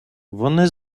вони